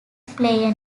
player